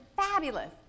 fabulous